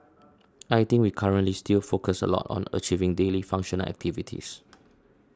I think we currently still focus a lot on achieving daily functional activities